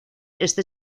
este